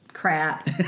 Crap